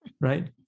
right